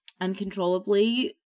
uncontrollably